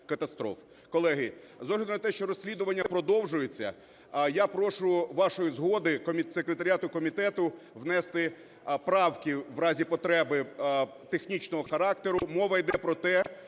Колеги, з огляду на те, що розслідування продовжується, я прошу вашої згоди секретаріату комітету внести правки, в разі потреби, технічного характеру. Мова йде про те,